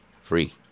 free